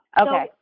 Okay